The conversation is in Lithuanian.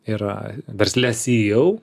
yra versle ceo